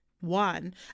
One